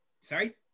Sorry